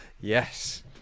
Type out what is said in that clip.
Yes